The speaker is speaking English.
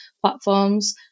platforms